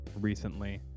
recently